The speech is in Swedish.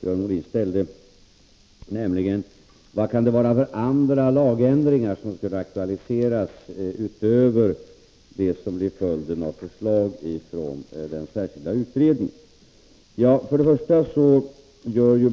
Björn Molin ställde. Den första frågan var: Vilka andra lagändringar skulle aktualiseras utöver dem som blir följden av förslag från den särskilda utredningen?